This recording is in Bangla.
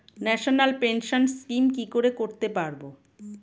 ন্যাশনাল পেনশন স্কিম কি করে করতে পারব?